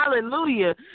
hallelujah